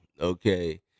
Okay